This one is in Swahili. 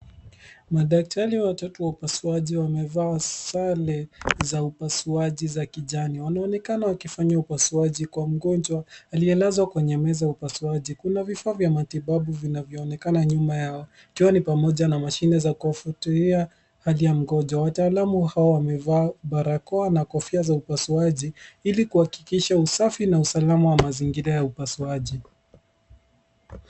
Madaktari watoto wa upasuaji wamevaa sare za upasuaji za kijani wanaonekana wakifanya upasuaji kwa mgonjwa aliyelazwa kwenye meza upasuaji, kuna vifaa vya matibabu vinavyoonekana nyuma yao ikiwa ni pamoja na mashini za kuwafutulia hali ya mgonjwa wataalamu hawa wamevaa barakoa na kofia za upasuaji ili kuhakikisha usafi na usalama wa mazingira ya upasuaji